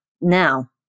Now